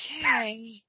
Okay